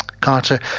Carter